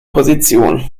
position